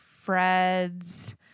fred's